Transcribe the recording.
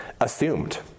assumed